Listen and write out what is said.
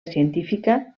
científica